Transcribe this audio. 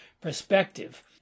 perspective